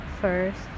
First